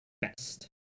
best